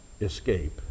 escape